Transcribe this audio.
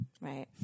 right